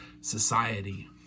society